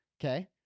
okay